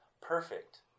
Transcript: Perfect